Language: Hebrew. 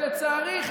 שלצערי,